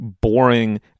boring